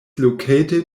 located